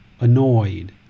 annoyed